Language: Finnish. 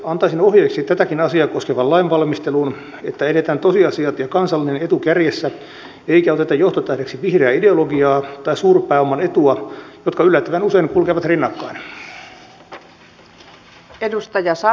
antaisin ohjeeksi tätäkin asiaa koskevaan lainvalmisteluun että edetään tosiasiat ja kansallinen etu kärjessä eikä oteta johtotähdeksi vihreää ideologiaa tai suurpääoman etua jotka yllättävän usein kulkevat rinnakkain